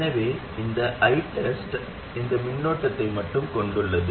எனவே இந்த ITEST இந்த மின்னோட்டத்தை மட்டுமே கொண்டுள்ளது